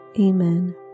Amen